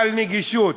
על נגישות.